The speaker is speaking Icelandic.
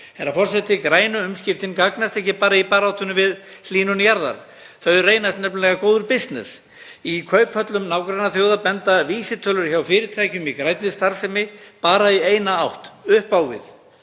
Herra forseti. Grænu umskiptin gagnast ekki bara í baráttunni við hlýnun jarðar. Þau reynast nefnilega góður bisness. Í kauphöllum nágrannaþjóða benda vísitölur hjá fyrirtækjum í grænni starfsemi bara í eina átt — upp á við.